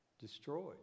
destroyed